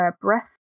Breath